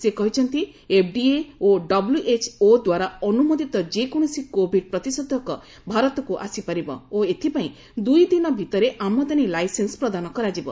ସେ କହିଛନ୍ତି ଏଫ୍ଡିଏ ଓ ଡବ୍ଲ୍ୟଏଚ୍ଓ ଦ୍ୱାରା ଅନୁମୋଦିତ ଯେକୌଣସି କୋବିଡ୍ ପ୍ରତିଷେଧକ ଭାରତକୁ ଆସିପାରିବ ଓ ଏଥିପାଇଁ ଦୁଇ ଦିନ ଭିତରେ ଆମଦାନୀ ଲାଇସେନ୍ନ ପ୍ରଦାନ କରାଯିବ